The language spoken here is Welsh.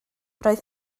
roedd